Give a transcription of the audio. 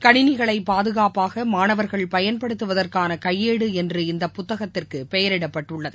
கணினிகளை பாதுகாப்பாக மாணவர்கள் பயன்படுத்துவதற்கான கையேடு என்று இந்த புத்தகத்திற்கு பெயரிடப்பட்டுள்ளது